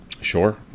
Sure